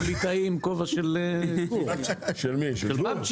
הוא ליטאי עם כובע של --- של בבצי'ק.